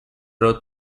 wrote